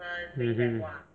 mmhmm